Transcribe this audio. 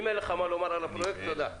אם אין לך מה לומר על הפרויקט תודה.